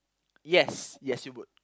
yes yes you would